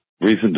recent